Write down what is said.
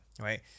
Right